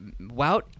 Wout